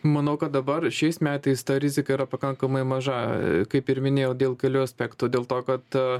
manau kad dabar šiais metais ta rizika yra pakankamai maža kaip ir minėjau dėl kelių aspektų dėl to kad